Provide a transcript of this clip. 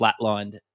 flatlined